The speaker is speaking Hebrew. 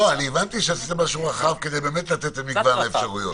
הבנתי שעשיתם משהו רחב כדי לתת את מגוון האפשרויות.